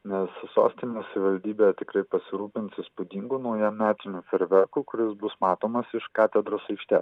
nes sostinės savivaldybė tikrai pasirūpins įspūdingu naujametiniu fejerverku kuris bus matomas iš katedros aikštės